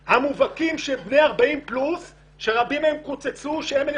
המובהקים שהם בני 40 ויותר שרבים מהם קוצצו והם אלה